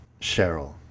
Cheryl